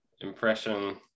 impression